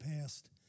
past